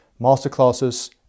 masterclasses